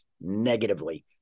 negatively